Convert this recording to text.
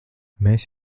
mēs